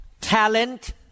talent